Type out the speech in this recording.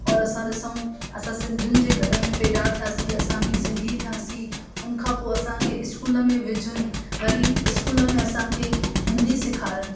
और असां ॾिसूं असां सिंधीयुनि जे घर में पैदा थियासीं असां बि सिंधी थियासीं हुन खां पोइ असांखे स्कूल में विझनि वरी स्कूल में असांखे हिंदी सिखारनि